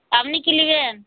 আপনি কী নেবেন